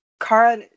Kara